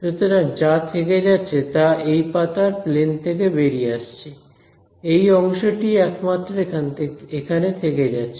সুতরাং যা থেকে যাচ্ছে তা এই পাতার প্লেন থেকে বেরিয়ে আসছে এই অংশটিই একমাত্র এখানে থেকে যাচ্ছে